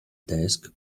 desk